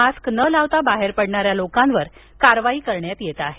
mask न लावता बाहेर पडणाऱ्या लोकांवर कारवाई करण्यात येत आहे